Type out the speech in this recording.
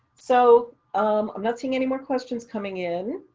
so um i'm not seeing anymore questions coming in.